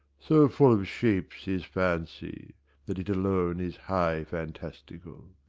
so full of shapes is fancy that it alone is high fantastical.